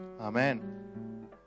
amen